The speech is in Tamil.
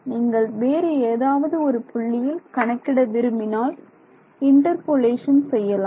நீங்கள் வேறு ஏதாவது ஒரு புள்ளியில் கணக்கிட விரும்பினால் இன்டர்பொலேஷன் செய்யலாம்